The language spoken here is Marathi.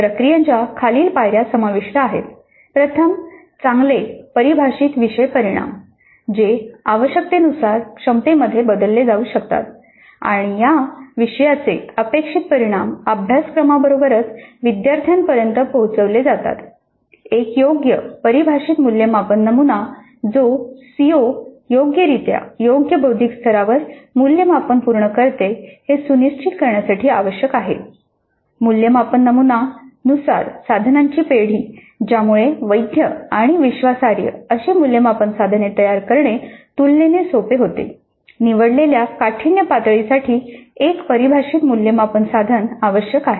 प्रक्रियांच्या खालील पायऱ्या समाविष्ट आहेत प्रथम चांगले परिभाषित विषय परिणाम जे आवश्यकतेनुसार क्षमतेमध्ये बदलले जाऊ शकतात आणि या विषयाचे अपेक्षित परिणाम अभ्यासक्रमाबरोबरच विद्यार्थ्यांपर्यंत पोहोचवले जातात एक योग्य परिभाषित मूल्यमापन नमुना जो सीओ योग्यरित्या योग्य बौद्धिक स्तरावर मूल्यमापन पूर्ण करते हे सुनिश्चित करण्यासाठी आवश्यक आहे मूल्यमापन नमुना नुसार साधनांची पेढी ज्यामुळे वैध आणि विश्वासार्ह अशी मूल्यमापन साधने तयार करणे तुलनेने सोपे होते निवडलेल्या काठिण्यपातळी साठी एक परिभाषित मूल्यमापन साधन आवश्यक आहेत